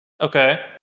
Okay